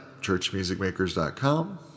churchmusicmakers.com